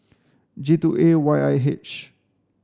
J two A Y I H